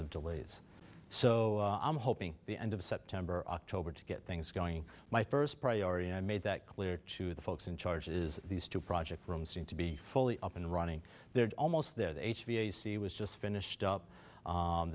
of delays so i'm hoping the end of september october to get things going my first priority i made that clear to the folks in charge is these two project rooms seem to be fully up and running they're almost there they v s e was just finished up